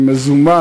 אם אזומן,